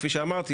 כפי שאמרתי,